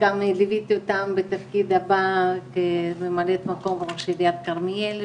גם ליוויתי אותם בתפקיד ממלאת מקום ראש עיריית כרמיאל,